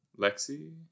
Lexi